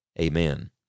Amen